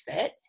fit